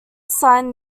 signed